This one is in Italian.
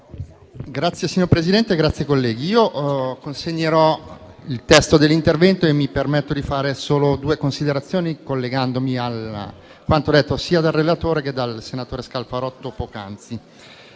Signor Presidente, colleghi, consegnerò il testo dell'intervento e mi permetto di fare solo due considerazioni, collegandomi a quanto detto sia dal relatore che dal senatore Scalfarotto poc'anzi,